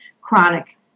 chronic